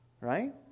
right